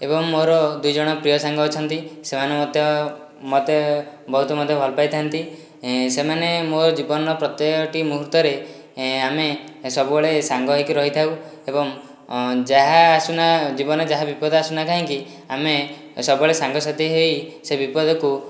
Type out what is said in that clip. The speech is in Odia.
ଏବଂ ମୋର ଦୁଇଜଣ ପ୍ରିୟ ସାଙ୍ଗ ଅଛନ୍ତି ସେମାନେ ମଧ୍ୟ ମୋତେ ବହୁତ ମୋତେ ଭଲପାଇଥାନ୍ତି ସେମାନେ ମୋ' ଜୀବନର ପ୍ରତ୍ୟେକଟି ମୂହୁର୍ତ୍ତରେ ଆମେ ସବୁବେଳେ ସାଙ୍ଗ ହୋଇ ରହିଥାଉ ଏବଂ ଯାହା ଆସୁନା ଜୀବନରେ ଯାହା ବିପଦ ଆସୁନା କାହିଁକି ଆମେ ସବୁବେଳେ ସାଙ୍ଗସାଥୀ ହୋଇ ସେ ବିପଦକୁ